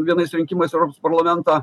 vienais rinkimais europos parlamentą